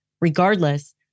regardless